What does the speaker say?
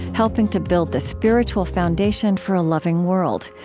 helping to build the spiritual foundation for a loving world.